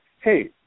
hey